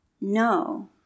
no